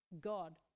God